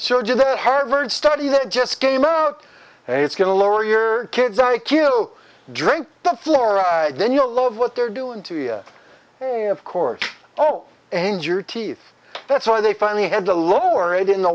surgeon the harvard study that just came out and it's going to lower your kids i kill drink the fluoride then you'll love what they're doing to you of course oh and your teeth that's why they finally had to lower it in the